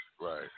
right